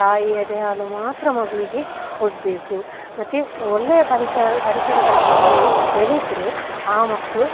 ತಾಯಿಯ ಎದೆಹಾಲು ಮಾತ್ರ ಮಗುವಿಗೆ ಕೊಡಬೇಕು ಮತ್ತು ಒಳ್ಳೆಯ ಪರಿಸರದಲ್ಲಿ ಮಗು ಬೆಳೆದರೆ ಆ ಮಕ್ಕಳು